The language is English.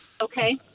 Okay